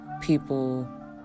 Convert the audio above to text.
people